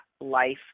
life